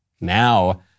Now